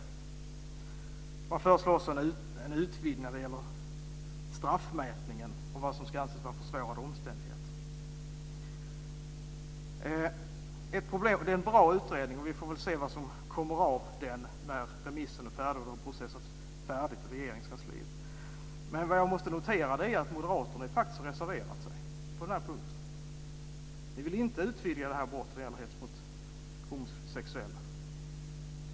Det har föreslagits en utvidgning när det gäller straffmätningen och vad som ska anses vara försvårande omständigheter. Det är en bra utredning, och vi får se vad som blir av den när remissvaren har processats färdigt i Regeringskansliet. Men jag noterar att moderaterna har reserverat sig på den punkten. Ni vill inte utvidga till brott som gäller hets mot homosexuella.